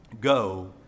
go